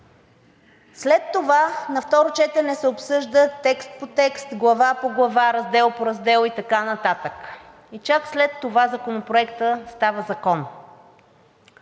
След това на второ четене се обсъжда текст по текст, глава по глава, раздел по раздел и така нататък и чак след това законопроектът става закон.